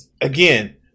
again